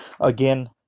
again